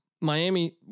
Miami